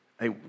Hey